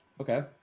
Okay